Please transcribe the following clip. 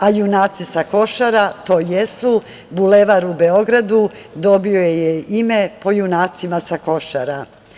A junaci sa Košara to jesu, Bulevar u Beogradu dobio je ime po junacima sa Košara.